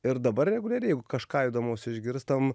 ir dabar reguliariai jeigu kažką įdomaus išgirstam